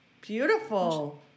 beautiful